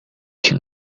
情况